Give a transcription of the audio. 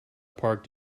parked